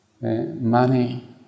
money